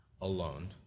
alone